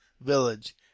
village